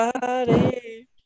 body